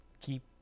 keep